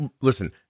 listen